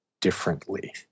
differently